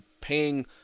paying